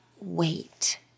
wait